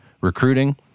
recruiting